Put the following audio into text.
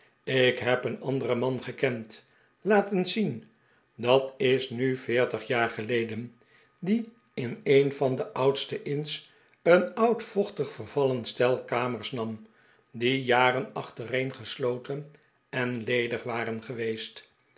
ik heb een anderen man gekend laat eens zien dat is nu veertig jaar geleden die in een van de oudste inns een oud vochtig vervallen stel kamers nam die jaren achtereen gesloten en ledig waren geweest